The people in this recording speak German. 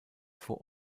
vor